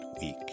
week